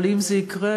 אבל אם זה יקרה,